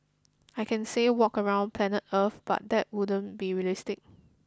I can say walk around planet earth but that wouldn't be realistic